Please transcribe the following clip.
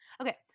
okay